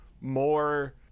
more